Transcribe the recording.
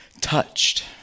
touched